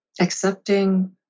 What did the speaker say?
accepting